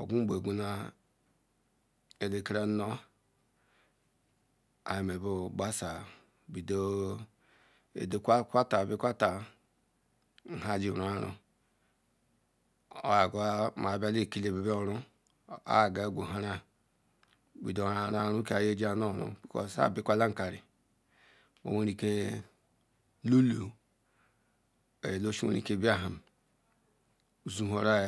Ogun mbe dai an aron atakiri anu han ame kpasa ibedo adah wa han don ijiri roaron n aga a ya bikwe a iron aron nu akila sobola oye lolo or zowara